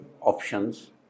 options